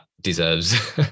deserves